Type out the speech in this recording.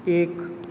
ایک